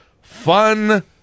fun